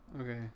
okay